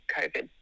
covid